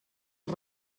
els